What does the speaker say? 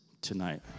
tonight